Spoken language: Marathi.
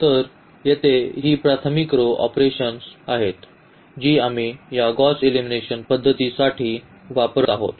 तर येथे ही प्राथमिक रो ऑपरेशन्स आहेत जी आम्ही या गौस एलिमिनेशन पध्दतीसाठी वापरत आहोत